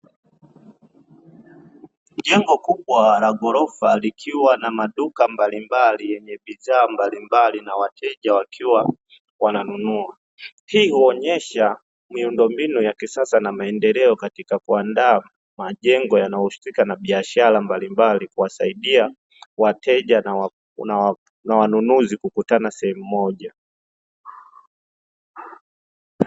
Jengo kubwa la ghorofa likiwa na maduka mbalimbali yenye bidhaa mbalimbali na wateja wakiwa wananunua, hii huonesha miundombinu ya kisasa na maendeleo katika kuandaa majengo yanayohusika na biashara mbalimbali kuwasaidia wateja na wanunuzi kukutana sehemu moja.